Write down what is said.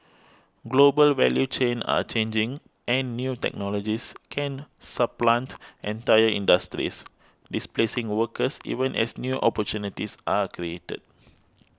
global value chains are changing and new technologies can supplant entire industries displacing workers even as new opportunities are created